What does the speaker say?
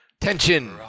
Tension